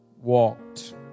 walked